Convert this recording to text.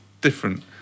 different